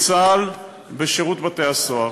מצה״ל לשירות בתי-הסוהר,